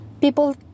people